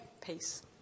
peace